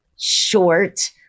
short